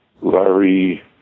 Larry